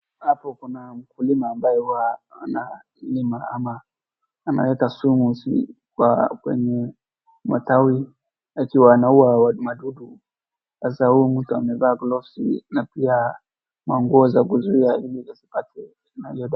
Hapo kuna mkulima ambaye huwa analima ama anaweka sumu kwenye matawi akiwa anaua madudu. Sasa huyu mtu amevaa gloves na pia manguo za kuzuia ili asipate na hiyo dawa.